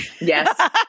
Yes